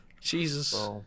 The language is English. Jesus